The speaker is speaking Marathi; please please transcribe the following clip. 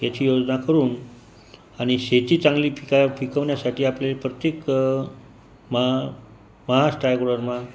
याची योजना करून आणि शेती चांगली पिकाया पिकवण्यासाठी आपल्याला प्रत्येक महा महाराष्ट्र आगवरनं